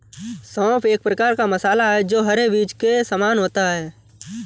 सौंफ एक प्रकार का मसाला है जो हरे बीज के समान होता है